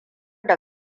da